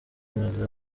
amaze